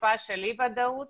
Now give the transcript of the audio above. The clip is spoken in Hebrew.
בתקופה של אי ודאות